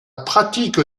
pratique